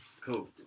cool